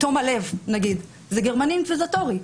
תום הלב, למשל, זה גרמני אינקוויזטורי.